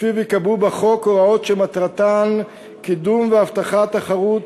שלפיו ייקבעו בחוק הוראות שמטרתן קידום והבטחת תחרות